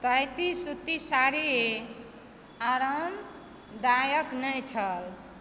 ताँत सूती साड़ी आरामदायक नहि छल